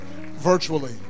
virtually